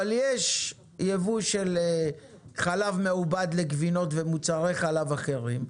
אבל יש ייבוא של חלב מעובד לגבינות ומוצרי חלב אחרים,